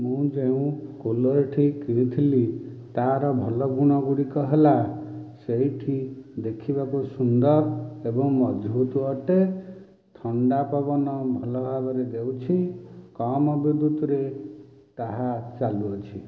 ମୁଁ ଯେଉଁ କୁଲରଟି କିଣିଥିଲି ତାର ଭଲ ଗୁଣ ଗୁଡ଼ିକ ହେଲା ସେଇଟି ଦେଖିବାକୁ ସୁନ୍ଦର ଏବଂ ମଜବୁତ୍ ଅଟେ ଥଣ୍ଡା ପବନ ଭଲ ଭାବରେ ଦେଉଛି କମ ବିଦ୍ୟୁତରେ ତାହା ଚାଲୁଅଛି